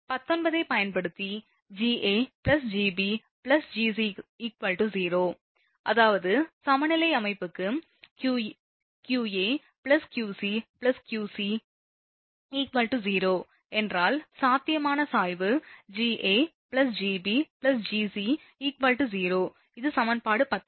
19 ஐ பயன்படுத்தி Ga Gb Gc 0 அதாவது சமநிலை அமைப்புக்கு qa qb qc 0 என்றால் சாத்தியமான சாய்வு Ga Gb Gc 0 இது சமன்பாடு 19